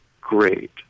great